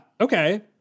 okay